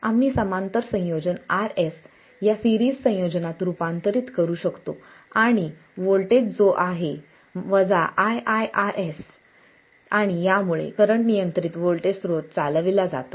आम्ही समांतर संयोजन Rs या सिरीज संयोजनात रूपांतरित करू शकतो आणि व्होल्टेज जो आहे ii Rs आणि यामुळे करंट नियंत्रित व्होल्टेज स्रोत चालविला जातो